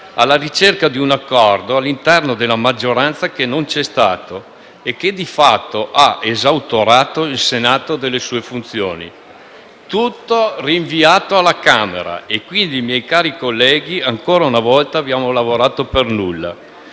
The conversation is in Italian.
alla ricerca di un accordo all'interno della maggioranza che non c'è stato e che, di fatto, ha esautorato il Senato delle sue funzioni. Tutto rinviato alla Camera. Quindi, miei cari colleghi ancora una volta abbiamo lavorato per nulla.